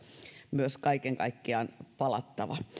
myös kaiken kaikkiaan palattava